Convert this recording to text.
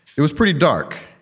it was pretty dark.